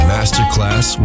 Masterclass